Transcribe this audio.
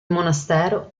monastero